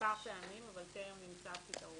ברמה שאני יכולה להגיד שאנחנו מצליחים להשיג הנגשה